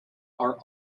are